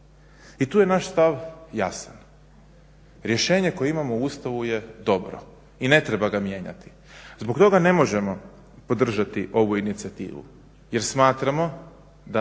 I tu je naš stav jasan, rješenje koje imamo u Ustavu je dobro i ne treba ga mijenjati. Zbog toga ne možemo podržati ovu inicijativu, jer smatramo da